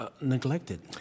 Neglected